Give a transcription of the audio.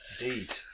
Indeed